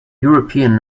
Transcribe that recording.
european